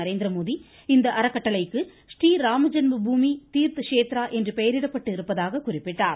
நரேந்திரமோடி இந்த அறக்கட்டளைக்கு றீராம் ஜென்ம பூமி தீர்த் ஷேத்ரா என்று பெயரிடப்பட்டு இருப்பதாகக் குறிப்பிட்டார்